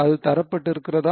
அது தரப்பட்டு இருக்கிறதா